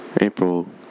April